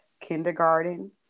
kindergarten